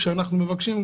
כאשר אנחנו מבקשים,